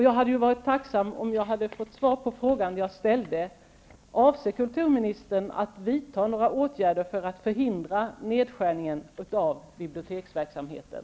Jag hade varit tacksam om jag hade fått svar på den fråga som jag ställde: Avser kulturministern att vidta några åtgärder för att förhindra nedskärningen av biblioteksverksamheten?